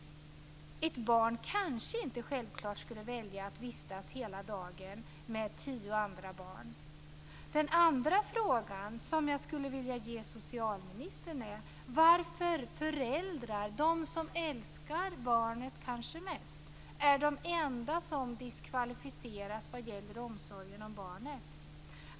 Ett barn kanske inte självklart skulle välja att vistas hela dagen med tio andra barn. Den andra frågan, som jag skulle vilja ge socialministern, är: Varför är föräldrar, de som kanske älskar barnet mest, de enda som diskvalificeras vad gäller omsorgen om barnet?